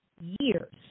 years